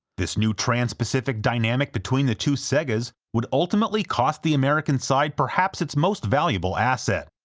this new trans-pacific dynamic between the two segas would ultimately cost the american side perhaps its most valuable asset,